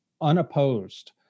unopposed